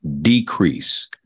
decrease